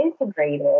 integrated